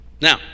Now